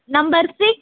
number six